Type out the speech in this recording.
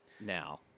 Now